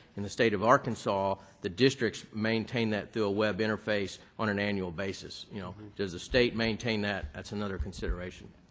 in the state of arkansas, the districts maintain that through a web interface on an annual basis. you know, does the state maintain that? that's another consideration.